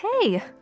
hey